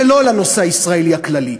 ולא לנושא הישראלי הכללי.